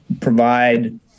provide